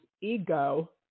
ego